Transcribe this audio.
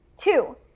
Two